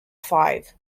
five